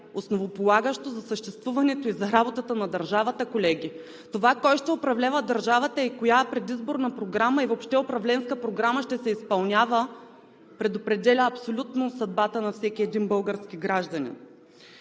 основополагащо за съществуването и за работата на държавата, колеги! Това кой ще управлява държавата и коя предизборна програма, и въобще управленска програма ще се изпълнява, предопределя абсолютно съдбата на всеки един български гражданин.